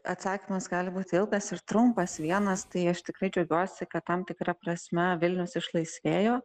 atsakymas gali būti ilgas ir trumpas vienas tai aš tikrai džiaugiuosi kad tam tikra prasme vilnius išlaisvėjo